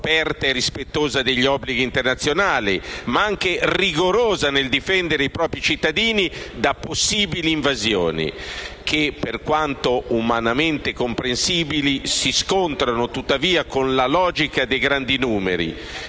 aperta e rispettosa degli obblighi internazionali, ma anche rigorosa nel difendere i propri cittadini da possibili invasioni, che, per quanto umanamente comprensibili, si scontrano tuttavia con la logica dei grandi numeri.